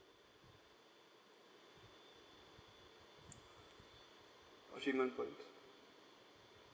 achievement points